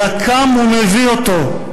אלא קם ומביא אותו,